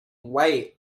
white